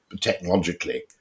technologically